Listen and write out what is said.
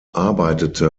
arbeitete